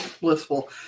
blissful